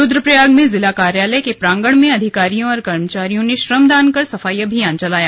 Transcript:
रुद्रप्रयाग में जिला कार्यालय के प्रांगण में अधिकारियों और कर्मचारियों ने श्रमदान कर सफाई अभियान चलाया